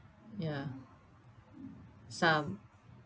ya some